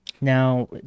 now